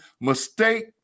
mistake